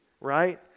right